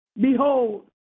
behold